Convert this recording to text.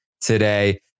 today